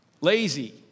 lazy